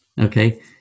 okay